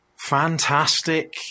fantastic